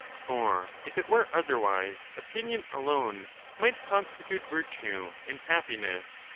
for if it were otherwise, opinion alone might constitute virtue and happiness,